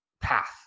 path